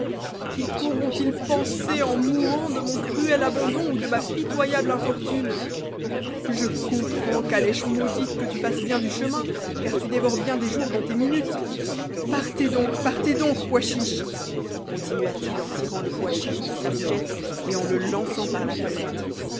et quauront ils pensé en mourant de mon cruel abandon ou de ma pitoyable infortune je comprends calèche maudite que tu fasses bien du chemin car tu dévores bien des jours dans tes minutes partez donc partez donc pois chiche continua-t-il en tirant le pois chiche de sa bougette et en le lançant par la fenêtre